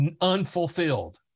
unfulfilled